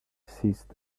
ceased